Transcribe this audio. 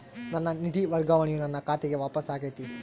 ನನ್ನ ನಿಧಿ ವರ್ಗಾವಣೆಯು ನನ್ನ ಖಾತೆಗೆ ವಾಪಸ್ ಆಗೈತಿ